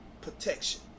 protection